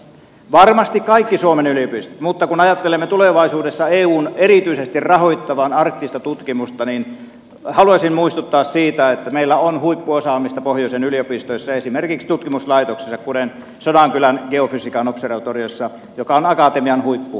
varmasti kaikki suomen yliopistot mutta kun ajattelemme tulevaisuudessa eun erityisesti rahoittavan arktista tutkimusta niin haluaisin muistuttaa siitä että meillä on huippuosaamista pohjoisen yliopistoissa ja esimerkiksi tutkimuslaitoksissa kuten sodankylän geofysiikan observatoriossa joka on akatemian huippuyksikkö